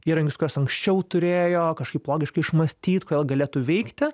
įrankius kuriuos anksčiau turėjo kažkaip logiškai išmąstyt kodėl galėtų veikti